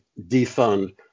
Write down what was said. defund